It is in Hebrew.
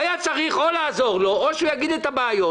היה צריך או לעזור לו, או שהוא יגיד את הבעיות